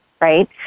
right